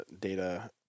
data